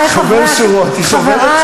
שבור שורות, שובר שורות.